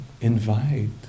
invite